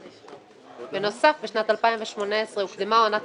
בנוסף, בשנת 2018 הוקדמה עונת